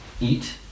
eat